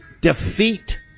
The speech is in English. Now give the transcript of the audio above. defeat